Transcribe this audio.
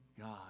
God